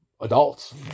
adults